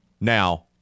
Now